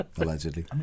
Allegedly